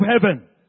heaven